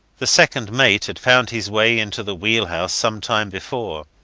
the second mate had found his way into the wheelhouse some time before.